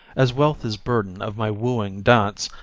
as wealth is burden of my wooing dance,